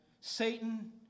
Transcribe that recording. Satan